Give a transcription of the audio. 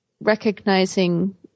recognizing